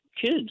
kids